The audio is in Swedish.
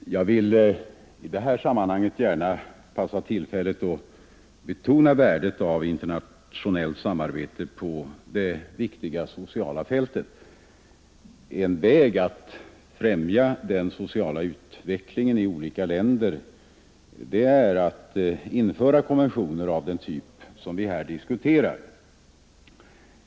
Fru talman! Jag vill i detta sammanhang begagna tillfället att betona värdet av internationellt samarbete på det viktiga sociala fältet. En väg att främja den sociala utvecklingen i olika länder är att införa konventioner av den typ som vi här diskuterar.